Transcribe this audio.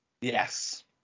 Yes